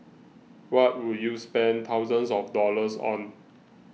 what would you spend thousands of dollars on